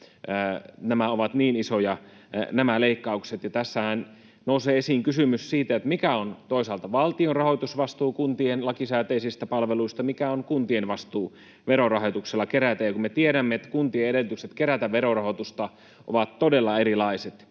Nämä leikkaukset ovat niin isoja. Ja tässähän nousee esiin kysymys siitä, mikä on toisaalta valtion rahoitusvastuu kuntien lakisääteisistä palveluista ja mikä on kuntien vastuu kerätä verorahoituksella, kun me tiedämme, että kuntien edellytykset kerätä verorahoitusta ovat todella erilaiset.